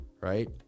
right